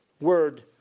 word